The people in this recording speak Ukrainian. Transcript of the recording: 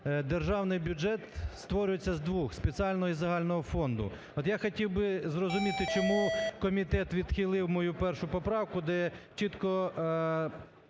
державний бюджет створюється з двох, спеціального і загального фонду. От, я хотів би зрозуміти, чому комітет відхилив мою першу поправку, де чітко